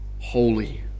Holy